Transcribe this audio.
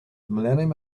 millennium